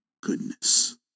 goodness